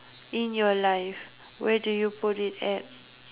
in your life where do you put it at